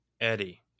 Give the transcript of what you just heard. Eddie